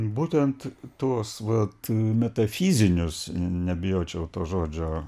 būtent tuos vat metafizinius nebijočiau to žodžio